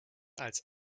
als